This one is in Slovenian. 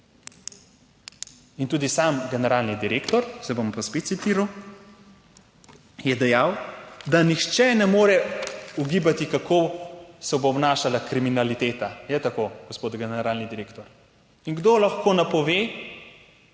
In tudi sam generalni direktor, zdaj bom pa spet citiral, je dejal, "da nihče ne more ugibati, kako se bo obnašala kriminaliteta." Je tako, gospod generalni direktor? In kdo lahko napove,